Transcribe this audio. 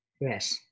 Yes